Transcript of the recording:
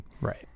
Right